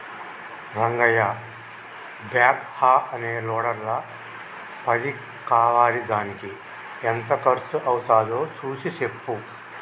Rangayya backhoe అనే లోడర్ల పది కావాలిదానికి ఎంత కర్సు అవ్వుతాదో సూసి సెప్పు